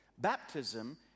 Baptism